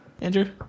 Andrew